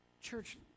Church